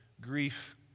grief